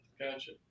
Gotcha